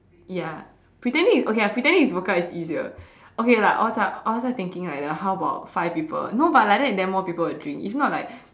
ya pretending okay lah pretending it's vodka is easier okay lah I was like also thinking like the how about five people no but like that then more people will drink if not like